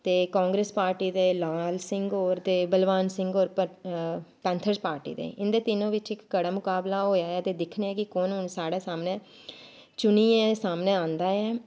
ते कांग्रेस पार्टी दे लाल सिंह होर ते बलवान सिंह होर पैंथर्स पार्टी दे इं'दे तिन्नो बिच्च इक कड़ा मुकाबला होएआ ऐ ते दिक्खने आं कि कु'न हून साढ़े सामनै चुनियै सामनै आंदा ऐ